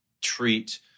treat